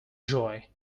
joy